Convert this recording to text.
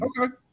okay